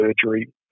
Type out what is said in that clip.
surgery